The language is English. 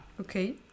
Okay